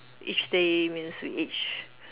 each day means each